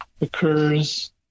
occurs